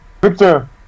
Victor